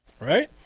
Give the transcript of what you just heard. Right